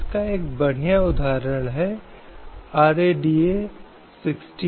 जाति समुदाय धर्म लिंग आदि के बावजूद